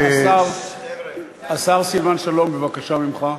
השר סילבן שלום, בבקשה ממך.